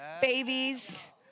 Babies